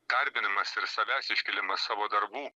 garbinimas ir savęs iškėlimas savo darbų